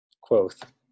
Quoth